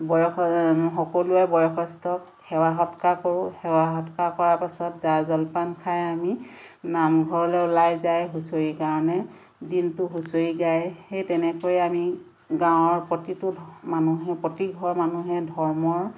সকলোৱে বয়সস্থক সেৱা সৎকাৰ কৰোঁ সেৱা সৎকাৰ কৰাৰ পাছত জা জলপান খাই আমি নামঘৰলৈ ওলাই যায় হুঁচৰিৰ কাৰণে দিনটো হুঁচৰি গাই সেই তেনেকৈ আমি গাঁৱৰ প্ৰতিটো মানুহে প্ৰতিঘৰ মানুহে ধৰ্মৰ